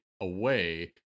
away